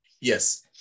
Yes